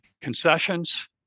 concessions